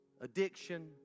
addiction